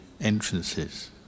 entrances